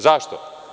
Zašto?